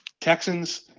Texans